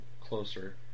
closer